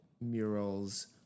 murals